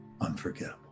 unforgettable